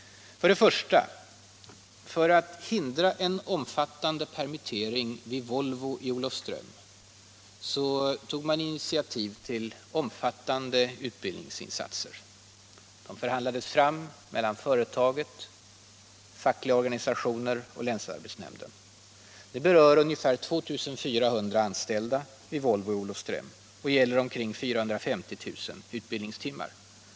1. För att hindra en omfattande permittering vid Volvo i Olofström tog man initiativ till betydande utbildningsinsatser. De förhandlades fram mellan företaget, fackliga organisationer och länsarbetsnämnden. De be rör ungefär 2400 anställda vid Volvo i Olofström och gäller omkring 450 000 utbildningstimmar.